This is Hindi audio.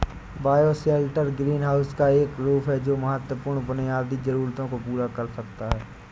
बायोशेल्टर ग्रीनहाउस का एक रूप है जो महत्वपूर्ण बुनियादी जरूरतों को पूरा कर सकता है